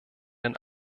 den